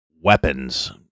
weapons